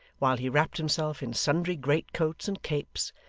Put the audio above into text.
while he wrapped himself in sundry greatcoats and capes,